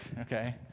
okay